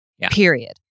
Period